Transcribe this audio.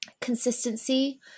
consistency